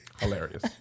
Hilarious